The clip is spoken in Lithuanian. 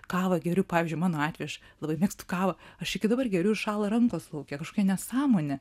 kavą geriu pavyzdžiui mano atveju labai mėgstu kavą aš iki dabar geriu ir šąla rankos lauke kažkokia nesąmonė